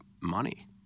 money